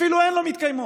אפילו הן לא מתקיימות.